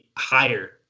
Higher